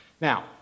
now